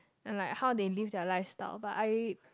and like how they live their lifestyle but I